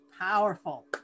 powerful